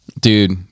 Dude